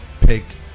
picked